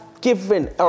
given